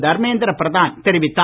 தர்மேந்திர பிரதான் தெரிவித்தார்